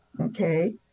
okay